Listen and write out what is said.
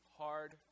hard